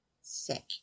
sick